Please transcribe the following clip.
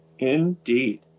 Indeed